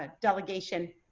ah delegation